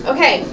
Okay